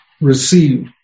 Receive